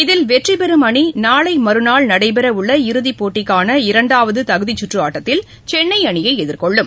இதில் வெற்றி பெறும் அணி நாளை மறுநாள் நடைபெற உள்ள இறுதிப் போட்டிக்கான இரண்டாவது தகுதிச்சுற்று ஆட்டத்தில் சென்னை அணியை எதிர்கொள்ளும்